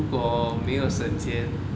如果没有省钱